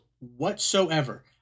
whatsoever